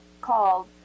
called